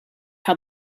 how